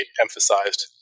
emphasized